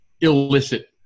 illicit